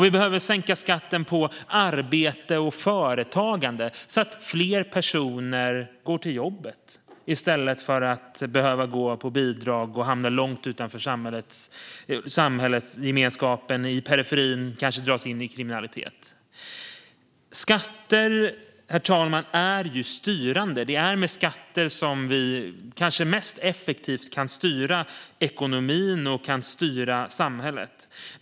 Vi behöver också sänka skatten på arbete och företagande så att fler personer går till jobbet i stället för att behöva gå på bidrag och hamna i periferin, långt utanför samhällsgemenskapen, och kanske dras in i kriminalitet. Skatter, herr talman, är styrande. Det är med skatter som vi kanske mest effektivt kan styra ekonomin och samhället.